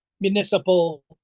municipal